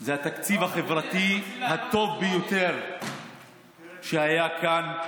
זה התקציב החברתי הטוב ביותר שהיה כאן.